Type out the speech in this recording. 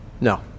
No